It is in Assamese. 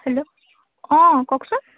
হেল্ল' অঁ কওকচোন